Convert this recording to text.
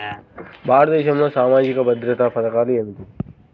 భారతదేశంలో సామాజిక భద్రతా పథకాలు ఏమిటీ?